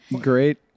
Great